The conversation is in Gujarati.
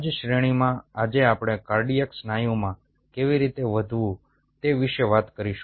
આજ શ્રેણીમાં આજે આપણે કાર્ડિયાક સ્નાયુમાં કેવી રીતે વધવું તે વિશે વાત કરીશું